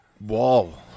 wall